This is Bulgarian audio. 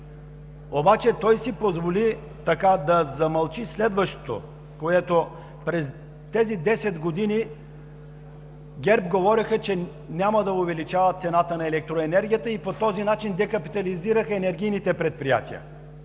Обаче той си позволи да замълчи за следващото – през тези 10 години ГЕРБ говореха, че няма да увеличават цената на електроенергията и по този начин декапитализираха енергийните предприятия,